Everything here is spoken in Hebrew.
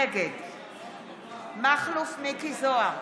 נגד מכלוף מיקי זוהר,